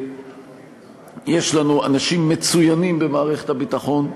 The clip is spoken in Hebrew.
יש לנון אנשים מצוינים במערכת הביטחון,